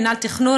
מינהל התכנון,